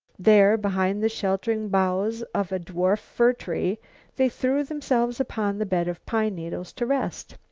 there, behind the sheltering boughs of a dwarf fir tree they threw themselves upon the bed of pine needles to rest.